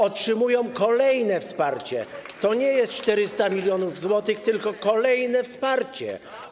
Otrzymują kolejne wsparcie, to nie jest 400 mln zł, tylko kolejne wsparcie.